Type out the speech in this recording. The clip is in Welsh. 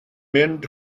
mynd